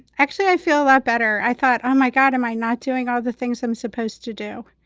actually, i feel a lot better. i thought, oh, my god, am i not doing all the things i'm supposed to do?